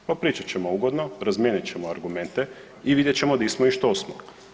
Popričat ćemo ugodno, razmijenit ćemo argumente i vidjet ćemo di smo i što smo.